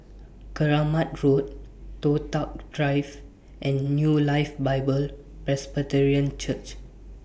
Keramat Road Toh Tuck Drive and New Life Bible Presbyterian Church